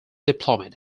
diplomat